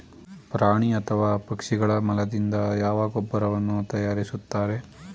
ಪ್ರಾಣಿ ಅಥವಾ ಪಕ್ಷಿಗಳ ಮಲದಿಂದ ಯಾವ ಗೊಬ್ಬರವನ್ನು ತಯಾರಿಸುತ್ತಾರೆ?